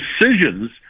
decisions